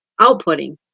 outputting